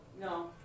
No